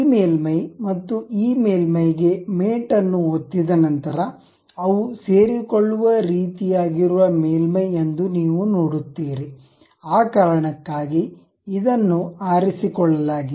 ಈ ಮೇಲ್ಮೈ ಮತ್ತು ಈ ಮೇಲ್ಮೈಗೆ ಮೇಟ್ ಅನ್ನು ಒತ್ತಿದ ನಂತರ ಅವು ಸೇರಿಕೊಳ್ಳುವ ರೀತಿಯಾಗಿರುವ ಮೇಲ್ಮೈ ಎಂದು ನೀವು ನೋಡುತ್ತೀರಿ ಆ ಕಾರಣಕ್ಕಾಗಿ ಇದನ್ನು ಆರಿಸಿಕೊಳ್ಳಲಾಗಿದೆ